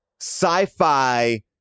sci-fi